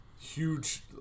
huge